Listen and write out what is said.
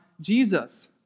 Jesus